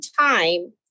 time